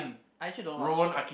I actually don't know what's